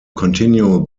continue